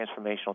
transformational